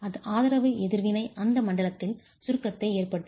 ஆதரவு எதிர்வினை அந்த மண்டலத்தில் சுருக்கத்தை ஏற்படுத்துகிறது